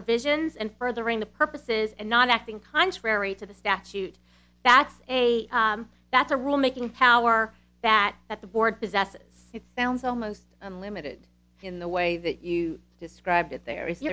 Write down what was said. provisions and furthering the purposes and not acting contrary to the statute that's a that's a rule making power that that the board possesses it sounds almost unlimited in the way that you described it there is